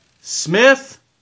Smith